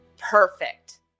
Perfect